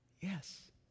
yes